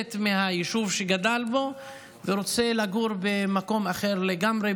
לצאת מהיישוב שהוא גדל בו ורוצה לגור במקום אחר לגמרי.